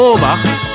Obacht